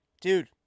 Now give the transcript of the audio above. dude